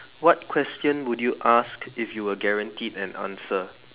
what question would you ask if you were guaranteed an answer